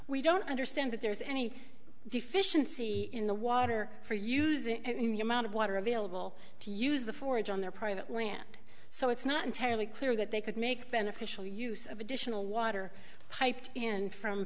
we don't understand that there is any deficiency in the water for using and the amount of water available to use the forage on their private land so it's not entirely clear that they could make beneficial use of additional water piped and from